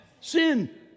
sin